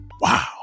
Wow